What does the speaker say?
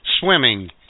swimming